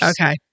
Okay